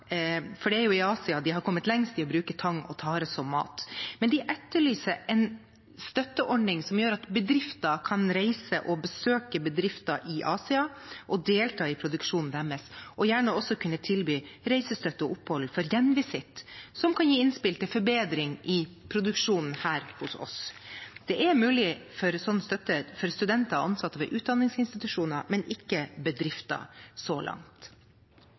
å bruke tang og tare som mat. Men de etterlyser en støtteordning som gjør at bedrifter kan reise og besøke bedrifter i Asia og delta i produksjonen deres, og gjerne også kunne tilby reisestøtte og opphold for gjenvisitt, som kan gi innspill til forbedring i produksjonen her hos oss. Det er mulig med en slik støtte for studenter og ansatte ved utdanningsinstitusjoner, men så langt ikke for bedrifter.